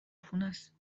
خونست